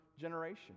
generation